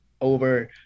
over